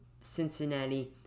Cincinnati